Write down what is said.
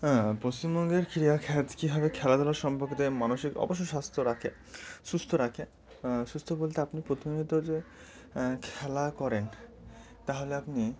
হ্যাঁ পশ্চিমবঙ্গের ক্রীড়া খাত কীভাবে খেলাধুলা সম্পর্কিত মানসিক অবশ্যই স্বাস্থ্য রাখে সুস্থ রাখে সুস্থ বলতে আপনি প্রথমত যে খেলা করেন তাহলে আপনি